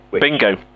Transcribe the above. Bingo